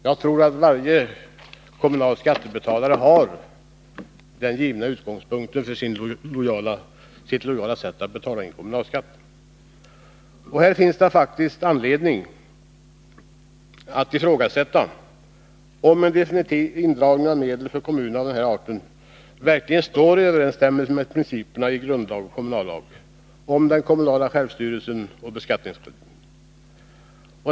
Jag tror att varje skattebetalare har denna givna utgångspunkt för sitt lojala sätt att betala kommunalskatt. Det finns faktiskt anledning att ifrågasätta om en definitiv indragning av medel från kommunerna av den här arten verkligen står i överensstämmelse med principerna i grundlag och kommunallag om den kommunala självstyrelsen och beskattningsrätten.